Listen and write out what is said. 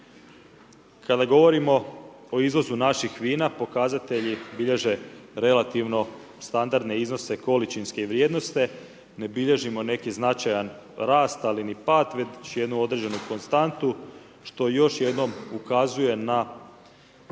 Kada govorimo o izvozu naših vina, pokazatelji bilježe relativno standardne iznose količinske vrijednosti, ne bilježimo neki značajan rast ali ni pad već jednu određenu konstantu što još jedno ukazuje na